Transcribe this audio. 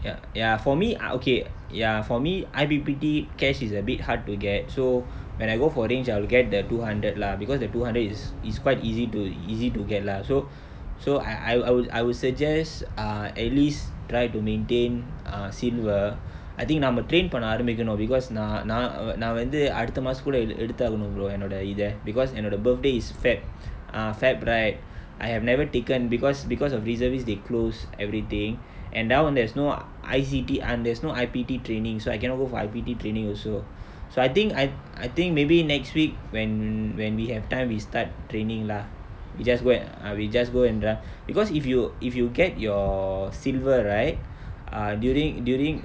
ya ya for me I okay ya for me I_P_P_T cash is a bit hard to get so when I go for range I'll get the two hundred lah because the two hundred is is quite easy to easy to get lah so so I I would I would suggest ah at least try to maintain ah silver I think நாம:naama train பண்ண ஆரம்பிக்கனும்:panna aarambikkanum because நா நா நா வந்து அடுத்த மாசதுக்குள்ள:naa naa naa vanthu adutha maasathukkulla eh எடுத்தாகனும்:eduthaakkanum brother என்னோட இத:ennoda itha because என்னோட:ennoda birthday is february ah february right I have never taken because because of reservist they close everything and now there's no I_C_T and there's no I_P_T training so I cannot go for I_P_T also so I think I I think maybe next week when when we have time we start training lah we just whe~ ah we just go and run because if you if you get your silver right ah dur~ during